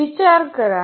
विचार करा